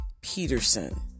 Peterson